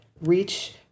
reach